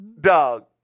dog